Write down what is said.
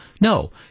No